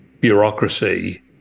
bureaucracy